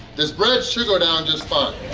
this bread should go down just fine